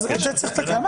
את חזקת המסירה